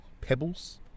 Pebbles